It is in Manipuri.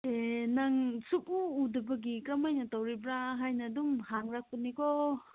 ꯑꯦ ꯅꯪ ꯁꯨꯛꯎ ꯎꯗꯕꯒꯤ ꯀꯔꯝ ꯍꯥꯏꯅ ꯇꯧꯔꯤꯕ꯭ꯔꯥ ꯍꯥꯏꯅ ꯑꯗꯨꯝ ꯍꯪꯂꯛꯄꯅꯤꯀꯣ